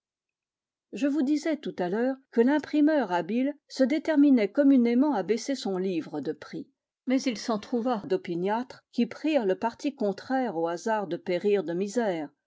je vous disais tout à l'heure que l'imprimeur habile se déterminait communément à baisser son livre de prix mais il s'en trouva d'opiniâtres qui prirent le parti contraire au hasard de périr de misère